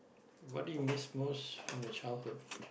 what do you miss most from your childhood